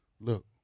look